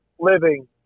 living